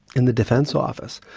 in the defence office.